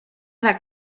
that